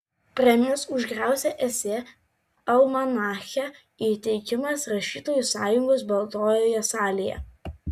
premijos už geriausią esė almanache įteikimas rašytojų sąjungos baltojoje salėje